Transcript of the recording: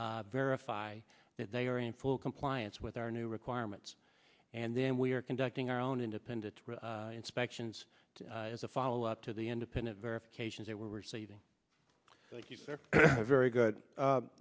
verify that they are in full compliance with our new requirements and then we are conducting our own independent inspections as a follow up to the independent verification that we're receiving very good